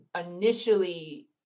initially